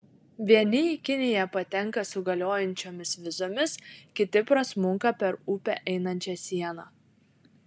vieni į kiniją patenka su galiojančiomis vizomis kiti prasmunka per upę einančią sieną